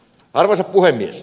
arvoisa puhemies